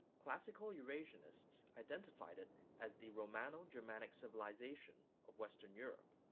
classical eurasianists identified it as the romano-germanic civilization of western europe,